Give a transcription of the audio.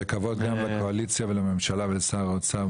וכבוד גם לקואליציה ולממשלה ולשר האוצר,